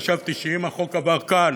חשבתי שאם החוק עבר כאן,